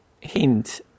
hint